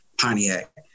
Pontiac